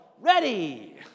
ready